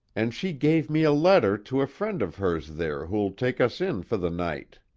and she gave me a letter to a friend of hers there who'll take us in for the night